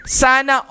sana